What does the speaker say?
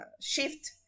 shift